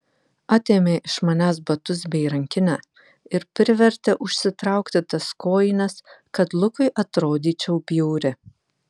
atėmė iš manęs batus bei rankinę ir privertė užsitraukti tas kojines kad lukui atrodyčiau bjauri